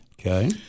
Okay